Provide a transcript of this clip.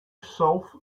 self